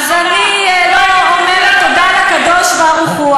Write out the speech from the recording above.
אז אני לא אומרת תודה לקדוש-ברוך-הוא,